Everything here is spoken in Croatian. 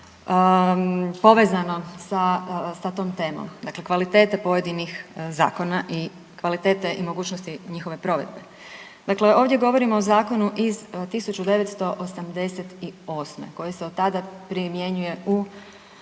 povezano sa tom temom, dakle kvalitete pojedinih zakona i kvalitete i mogućnosti njihove provedbe. Dakle, ovdje govorimo o zakonu iz 1988. koji se od tada primjenjuje u